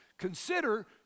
Consider